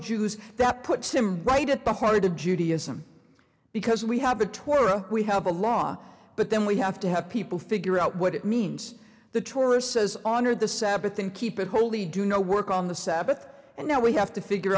jews that puts him right at the heart of judaism because we have a torah we have a law but then we have to have people figure out what it means the tourist says honor the sabbath and keep it holy do no work on the sabbath and now we have to figure